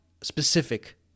specific